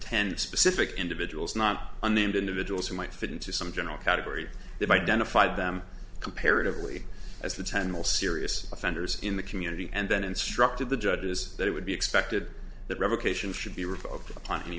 ten specific individuals not unnamed individuals who might fit into some general category that identified them comparatively as the ten most serious offenders in the community and then instructed the judge is that it would be expected that revocation